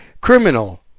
criminal